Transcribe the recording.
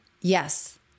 Yes